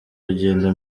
rugendo